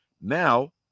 Now